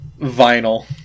vinyl